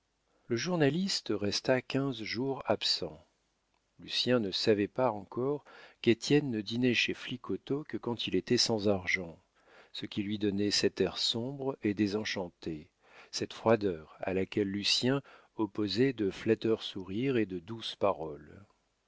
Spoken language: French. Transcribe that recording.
le journaliste resta quinze jours absent lucien ne savait pas encore qu'étienne ne dînait chez flicoteaux que quand il était sans argent ce qui lui donnait cet air sombre et désenchanté cette froideur à laquelle lucien opposait de flatteurs sourires et de douces paroles